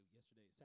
yesterday